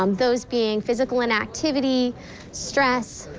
um those being physical inactivity stress,